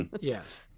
yes